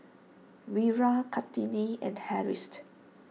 Wira Kartini and Harris